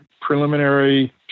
preliminary